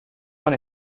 con